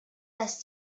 les